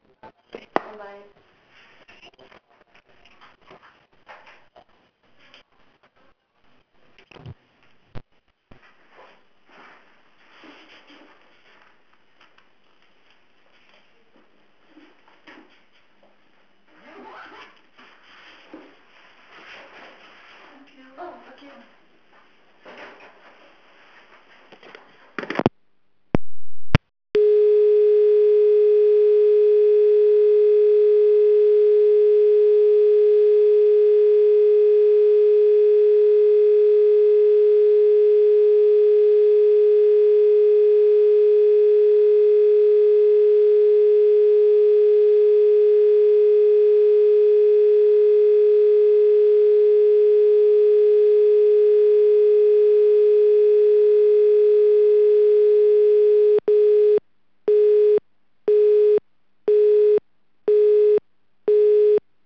bye bye